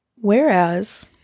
Whereas